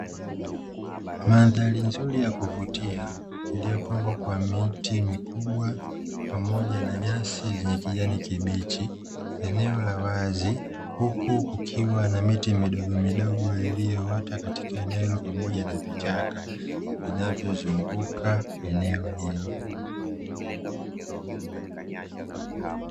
Manshari nzuri ya kuvutia iliyo pambwa kwa miti mikubwa pamoja na nyasi zenye kijani kibichi, eneo la wazi huku kukiwa na miti midogomidogo, iliyoota katika eneo hilo pamoja na vichaka vinavyozunguka eneo hilo.